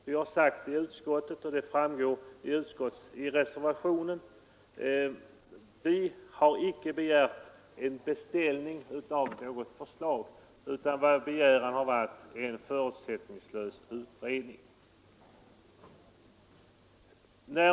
Vi har i utskottet — det framgår av reservationen — inte beställt något förslag, utan vår begäran har varit en förutsättningslös utredning.